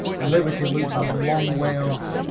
liberty looks a long way off.